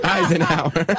Eisenhower